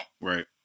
Right